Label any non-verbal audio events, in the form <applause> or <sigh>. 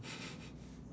<breath>